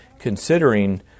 considering